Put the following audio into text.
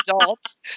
adults